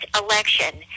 election